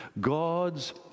God's